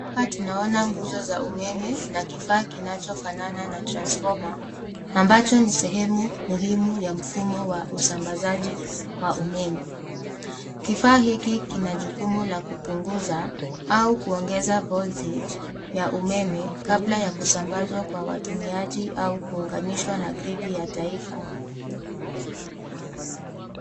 Hapa tunaona nguzo za umeme na kifaa kinachofanana na transfoma ambacho ni sehemu muhimu ya mfumo wa usambazaji wa umeme. Kifaa hiki kina jukumu la kupunguza au kuongeza voltage ya umeme kabla ya kusambazwa kwa watumiaji au kuunganishwa na gridi ya taifa.